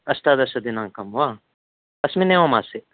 अष्टादशदिनाङ्कं वा अस्मिन् एव मासे